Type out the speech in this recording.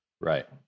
Right